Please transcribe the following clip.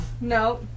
no